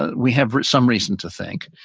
we have some reason to think,